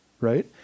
right